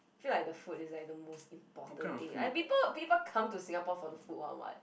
feel like the food is like the most important thing like people people come to Singapore for the food [one] [what]